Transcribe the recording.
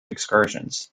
excursions